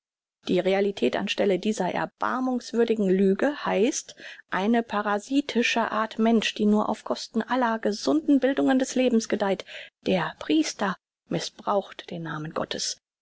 die realität an stelle dieser erbarmungswürdigen lüge heißt eine parasitische art mensch die nur auf kosten aller gesunden bildungen des lebens gedeiht der priester mißbraucht den namen gottes